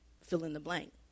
fill-in-the-blank